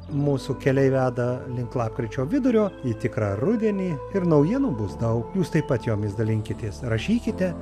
mūsų keliai veda link lapkričio vidurio į tikrą rudenį ir naujienų bus daug jūs taip pat jomis dalinkitės rašykite